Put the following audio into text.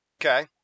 Okay